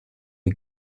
des